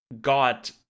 got